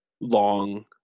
long